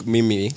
Mimi